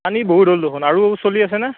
পানী বহুত হ'ল দুখুন আৰু চলি আছে না